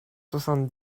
soixante